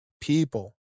people